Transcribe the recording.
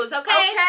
Okay